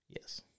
Yes